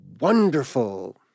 wonderful